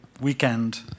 weekend